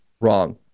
wrong